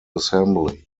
assembly